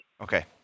Okay